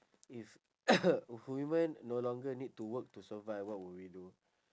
if human no longer need to work to survive what would we do